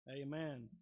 amen